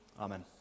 Amen